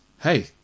Hey